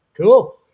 Cool